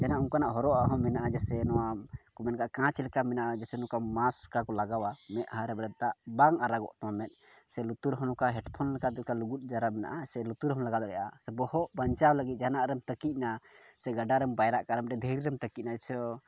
ᱡᱟᱦᱟᱱᱟᱜ ᱚᱱᱠᱟᱱᱟᱜ ᱦᱚᱨᱚᱜ ᱟᱜ ᱦᱚᱸ ᱢᱮᱱᱟᱜᱼᱟ ᱡᱮᱭᱥᱮ ᱱᱚᱣᱟ ᱠᱚ ᱢᱮᱱ ᱠᱟᱜ ᱠᱟᱸᱪ ᱞᱮᱠᱟ ᱢᱮᱱᱟᱜᱼᱟ ᱡᱮᱭᱥᱮ ᱱᱚᱝᱠᱟ ᱢᱟᱥᱠ ᱞᱮᱠᱟ ᱠᱚ ᱞᱟᱜᱟᱣᱟ ᱢᱮᱫᱦᱟ ᱨᱮ ᱵᱚᱞᱮ ᱫᱟᱜ ᱵᱟᱝ ᱟᱨᱟᱜᱚᱜ ᱛᱟᱢᱟ ᱵᱚᱞᱮ ᱢᱮᱫ ᱥᱮ ᱞᱩᱛᱩᱨ ᱦᱚᱸ ᱚᱱᱠᱟ ᱦᱮᱰ ᱯᱷᱳᱱ ᱞᱮᱠᱟ ᱞᱩᱜᱩᱜ ᱥᱮ ᱞᱩᱛᱩᱨ ᱨᱮᱦᱚᱢ ᱞᱟᱜᱟᱣ ᱫᱟᱲᱮᱭᱟᱜᱼᱟ ᱥᱮ ᱵᱚᱦᱚᱜ ᱵᱟᱧᱪᱟᱣ ᱞᱟᱹᱜᱤᱫ ᱡᱟᱦᱟᱱᱟᱜ ᱨᱮᱢ ᱛᱟᱹᱠᱤᱡ ᱱᱟ ᱥᱮ ᱜᱟᱰᱟᱨᱮᱢ ᱯᱟᱭᱨᱟᱜ ᱠᱟᱱᱟ ᱢᱤᱫᱴᱮᱡ ᱫᱷᱤᱨᱤ ᱨᱮᱢ ᱛᱟᱹᱠᱤᱡ ᱮᱱᱟ ᱟᱪᱪᱷᱟ